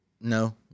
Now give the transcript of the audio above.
no